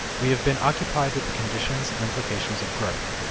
we have been occupied with the conditions and implications of growth.